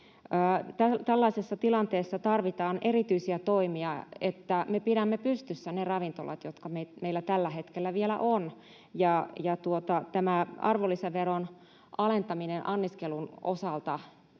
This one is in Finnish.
Tällaisessa tilanteessa tarvitaan erityisiä toimia, että me pidämme pystyssä ne ravintolat, jotka meillä tällä hetkellä vielä on, ja tämä arvonlisäveron alentaminen anniskelun osalta